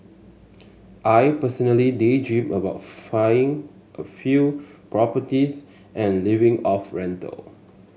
I personally daydream about a few properties and living off rental